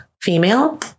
female